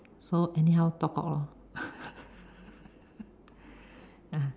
so anyhow talk cock lor uh